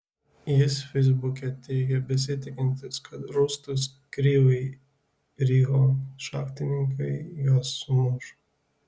jis feisbuke teigė besitikintis kad rūstūs kryvyj riho šachtininkai juos sumuš